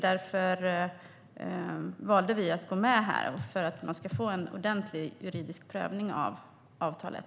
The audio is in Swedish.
Därför valde vi att gå med här - för att man ska få en ordentlig juridisk prövning av avtalet.